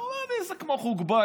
הוא אומר לי: זה כמו חוג בית,